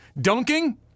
Dunking